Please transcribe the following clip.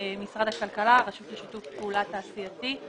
הכלכלה, הרשות לשיתוף פעולה תעשייתי,